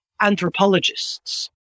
anthropologists